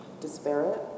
disparate